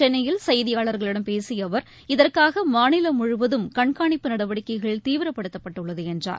சென்னையில் செய்தியாளர்களிடம் பேசிய அவர் இதற்காக மாநிலம் முழுவதும் கண்காணிப்பு நடவடிக்கைகள் தீவிரப்படுத்தப்பட்டுள்ளது என்றார்